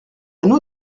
nous